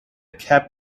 cab